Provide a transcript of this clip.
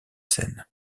scènes